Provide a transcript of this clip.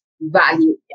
value